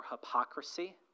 hypocrisy